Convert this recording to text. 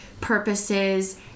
purposes